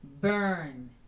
burn